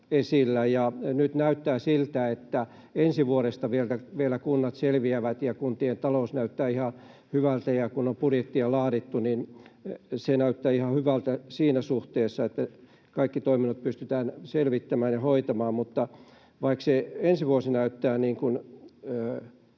Nyt näyttää siltä, että ensi vuodesta kunnat vielä selviävät ja kuntien talous näyttää ihan hyvältä, ja kun on budjettia laadittu, niin se näyttää ihan hyvältä siinä suhteessa, että kaikki toiminnot pystytään selvittämään ja hoitamaan. Vaikka ensi vuosi näyttää